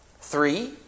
Three